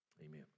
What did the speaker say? Amen